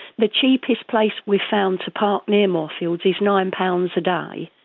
the cheapest place we found to park near moorfields is nine pounds a day.